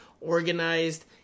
organized